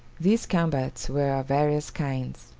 these combats were of various kinds.